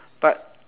but